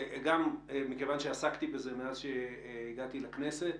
מכיון שעסקתי בזה מאז שהגעתי לכנסת